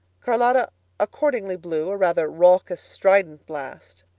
charlotta accordingly blew, a rather raucous, strident blast.